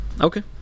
Okay